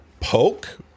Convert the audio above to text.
poke